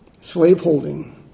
slaveholding